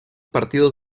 partidos